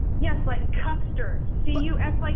yes, like custer, c u s, like